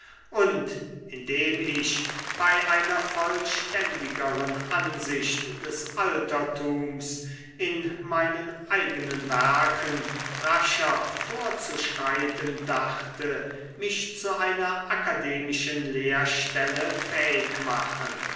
und indem ich bei einer vollständigeren ansicht des altertums in meinen eigenen werken rascher vorzuschreiten dachte mich zu einer akademischen lehrstelle fähig machen